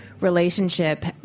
relationship